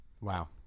Wow